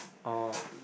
oh